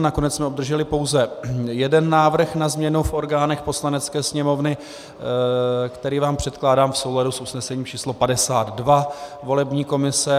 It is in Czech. Nakonec jsme obdrželi pouze jeden návrh na změnu v orgánech Poslanecké sněmovny, který vám předkládám v souladu s usnesením číslo 52 volební komise.